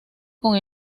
con